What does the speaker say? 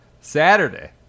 Saturday